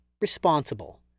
responsible